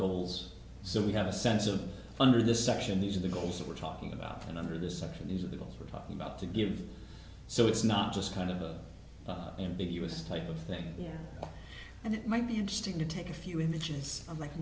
goals so we have a sense of under this section these are the goals that we're talking about and under this section these are the goals we're talking about to give so it's not just kind of a big u s type of thing here and it might be interesting to take a few images of like